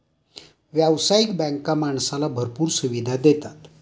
व्यावसायिक बँका माणसाला भरपूर सुविधा देतात